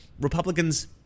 Republicans